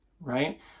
right